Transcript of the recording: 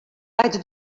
vaig